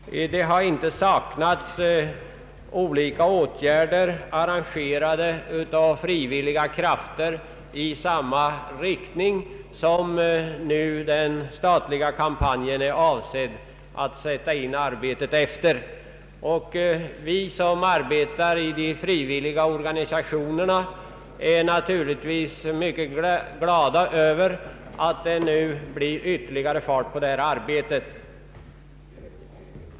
Frivilliga krafter har tidigare vidtagit åtgärder i samma riktning som den statliga kampanjen nu avses syfta till. Vi som arbetar inom de frivilliga organisationerna är naturligtvis mycket glada över att det nu blir ytterligare fart på detta arbete.